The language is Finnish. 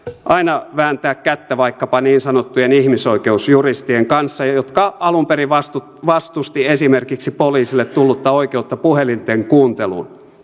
aina vääntää kättä vaikkapa niin sanottujen ihmisoikeusjuristien kanssa jotka alun perin vastustivat esimerkiksi poliisille tullutta oikeutta puhelinten kuunteluun